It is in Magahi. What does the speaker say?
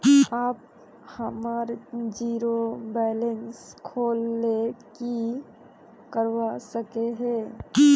आप हमार जीरो बैलेंस खोल ले की करवा सके है?